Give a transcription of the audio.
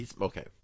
Okay